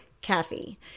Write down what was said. Kathy